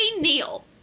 Neil